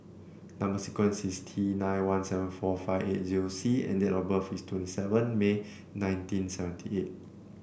number sequence is T nine one seven four five eight zero C and date of birth is twenty seven May nineteen seventy eight